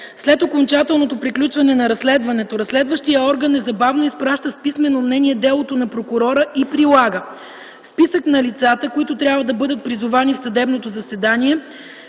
След окончателното приключване на разследването, разследващият орган незабавно изпраща с писмено мнение делото на прокурора и прилага: списък на лицата, които трябва да бъдат призовани в съдебното заседание;